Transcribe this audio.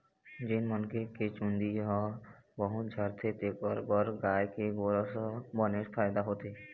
जेन मनखे के चूंदी ह बहुत झरथे तेखर बर गाय के गोरस ह बनेच फायदा होथे